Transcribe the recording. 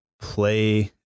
play